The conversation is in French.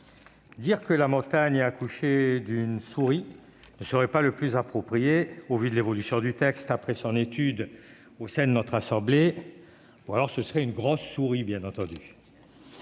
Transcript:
dire que la montagne a accouché d'une souris ne serait pas le plus approprié au vu de l'évolution du texte après son examen au sein de notre assemblée ; ou alors, ce serait une grosse souris ! En effet,